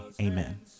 Amen